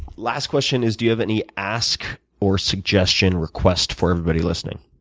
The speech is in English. last question is do you have any ask or suggestion request for everybody listening?